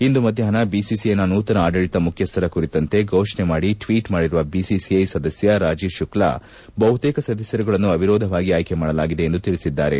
ಇಂದು ಮಧ್ಯಾಷ್ನ ಬಿಸಿಪಿನ ನೂತನ ಆಡಳಿತ ಮುಖ್ಯಸ್ಥರ ಕುರಿತಂತೆ ಘೋಷಣೆ ಮಾಡಿ ಟ್ವೀಟ್ ಮಾಡಿರುವ ಬಿಸಿಪಿ ಸದಸ್ಯ ರಾಜೀವ್ ಶುಕ್ಷ ಬಹುತೇಕ ಸದಸ್ಯರುಗಳನ್ನು ಅವಿರೋಧವಾಗಿ ಆಯ್ಲಿಮಾಡಲಾಗಿದೆ ಎಂದು ತಿಳಿಸಿದ್ದಾರೆ